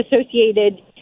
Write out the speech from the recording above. Associated